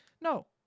No